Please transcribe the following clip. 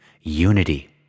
Unity